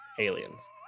Aliens